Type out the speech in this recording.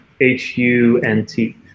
h-u-n-t